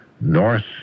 North